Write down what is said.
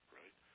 right